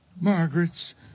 Margaret's